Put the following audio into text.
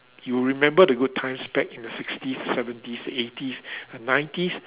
you remember the good times back in the sixties seventies the eighties and nineties